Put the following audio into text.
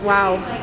Wow